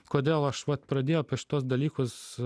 kodėl aš vat pradėjau apie šituos dalykus